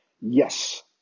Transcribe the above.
Yes